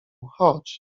chodź